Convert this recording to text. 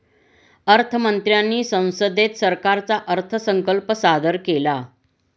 अर्थ मंत्र्यांनी संसदेत सरकारचा अर्थसंकल्प सादर केला